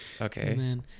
okay